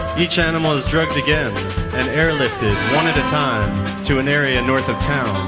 each animal is drugged again and airlifted one at a time to an area north of town.